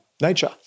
nature